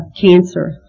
cancer